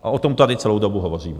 A o tom tady celou dobu hovoříme.